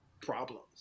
problems